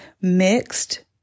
mixed